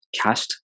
cast